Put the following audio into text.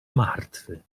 martwy